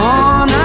on